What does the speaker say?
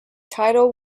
title